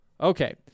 Okay